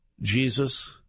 Jesus